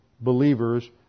believers